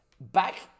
Back